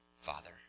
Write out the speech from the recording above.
Father